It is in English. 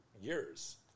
years